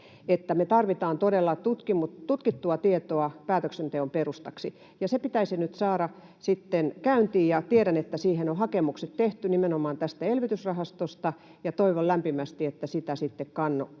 me tarvitsemme todella tutkittua tietoa päätöksenteon perustaksi, ja se pitäisi nyt saada käyntiin. Tiedän, että siihen on hakemukset tehty nimenomaan tästä elvytysrahastosta, ja toivon lämpimästi, että sitä kannatettaisiin